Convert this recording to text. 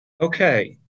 Okay